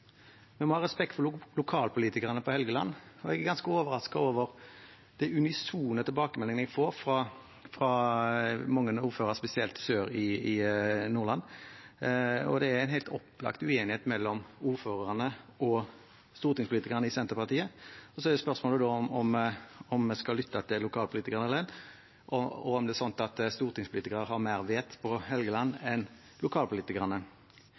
vi må ha respekt for lokalpolitikerne på Helgeland. Jeg er ganske overrasket over de unisone tilbakemeldingene jeg får fra mange ordførere spesielt sør i Nordland. Det er en helt opplagt uenighet mellom ordførerne og stortingspolitikerne i Senterpartiet. Spørsmålet er da om vi skal lytte til lokalpolitikerne, og om det er slik at stortingspolitikere har mer vett på Helgeland enn lokalpolitikerne.